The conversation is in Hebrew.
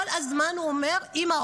כל הזמן הוא אומר: אימא,